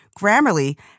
Grammarly